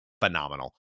phenomenal